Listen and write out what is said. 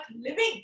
living